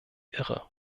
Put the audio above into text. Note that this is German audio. irre